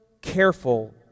careful